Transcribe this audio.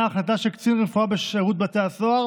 החלטה של קצין רפואה בשירות בתי הסוהר